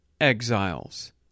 exiles